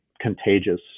contagious